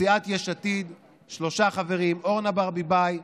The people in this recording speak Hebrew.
לסיעת יש עתיד שלושה חברים: אורנה ברביבאי,